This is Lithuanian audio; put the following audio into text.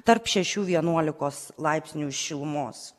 tarp šešių vienuolikos laipsnių šilumos